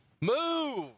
MOVE